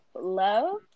love